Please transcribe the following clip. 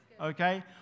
Okay